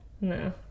No